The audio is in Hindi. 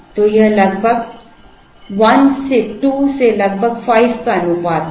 तो यह लगभग 1से 2 से लगभग 5 का अनुपात है